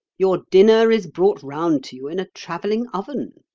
your dinner is brought round to you in a travelling oven.